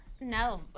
No